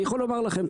אני יכול לומר לכם,